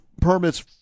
permits